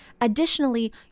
additionally